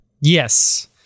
Yes